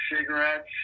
cigarettes